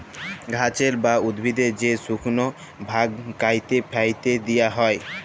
গাহাচের বা উদ্ভিদের যে শুকল ভাগ ক্যাইটে ফ্যাইটে দিঁয়া হ্যয়